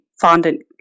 fondant